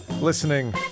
listening